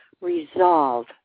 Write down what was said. Resolve